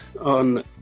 on